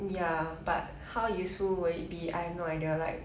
ya but how useful will it be I have no idea like